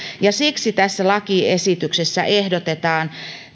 ja siksi tässä lakiesityksessä ehdotetaan